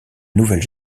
nouvelle